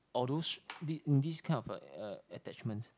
although s~ thi~ this kind of uh uh attachments